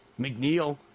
McNeil